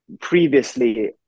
previously